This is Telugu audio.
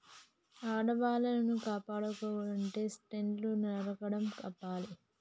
అడవులను కాపాడుకోవనంటే సెట్లును నరుకుడు ఆపాలి